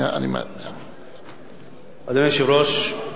אדוני היושב-ראש,